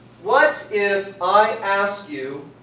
what if i ask you